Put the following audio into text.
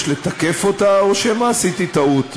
יש לתקף אותה, או שמא עשיתי טעות.